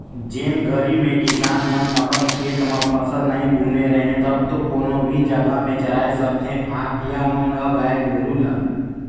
जेन घरी में किसान मन अपन खेत म फसल नइ बुने रहें तब तो कोनो भी जघा में चराय सकथें पहाटिया मन ह गाय गोरु ल